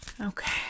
Okay